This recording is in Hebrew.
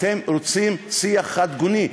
אתם רוצים שיח חד-גוני.